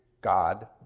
God